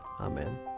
Amen